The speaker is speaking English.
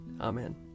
Amen